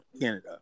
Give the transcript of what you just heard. Canada